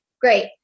great